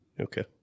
Okay